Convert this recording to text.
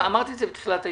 אמרתי את זה בתחילת הישיבה,